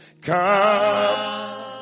come